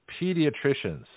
Pediatricians